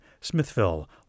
Smithville